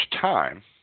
time